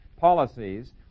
policies